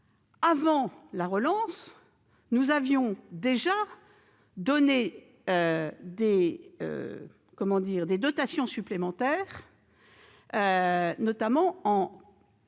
avant la relance, nous avions déjà accordé des dotations supplémentaires, notamment en